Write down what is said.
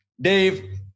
Dave